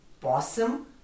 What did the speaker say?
Possum